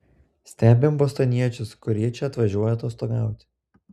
stebim bostoniečius kurie čia atvažiuoja atostogauti